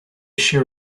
share